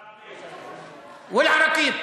אדמות פרטיות.) ואל-עראקיב.